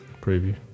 Preview